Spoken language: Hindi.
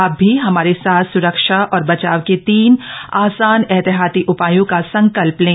आ भी हमारे साथ सुरक्षा और बचाव के तीन आसान एहतियाती उधायों का संकल्ध लें